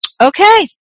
Okay